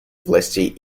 властей